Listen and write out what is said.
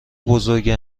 بزرگه